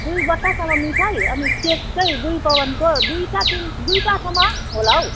दुई बट्टासम्म मिठाई अनि केक चाहिँ दुई पाउन्डको दुईवटा तिन दुईवटासम्म होला हौ